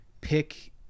pick